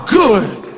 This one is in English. good